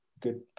good